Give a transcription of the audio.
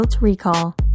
Recall